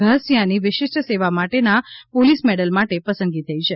વધાસિયાની વિશિષ્ઠ સેવા માટેના પોલીસ મેડલ માટે પસંદગી થઈ છે